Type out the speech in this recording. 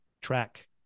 track